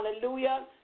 Hallelujah